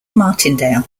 martindale